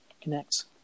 connects